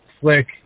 flick